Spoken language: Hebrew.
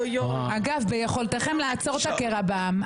אגב, ביכולתכם לעצור את הקרע בעם.